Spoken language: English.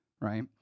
right